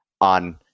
on